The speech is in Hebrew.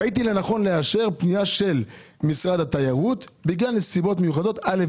ראיתי לנכון לאשר את הפנייה של משרד התיירות מנסיבות מיוחדות א',